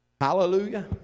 Hallelujah